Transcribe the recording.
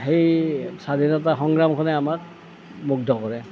সেই স্বাধীনতা সংগ্ৰামখনে আমাক মুগ্ধ কৰে